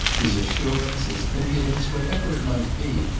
his assurance, his impudence, whatever it might be,